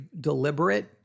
deliberate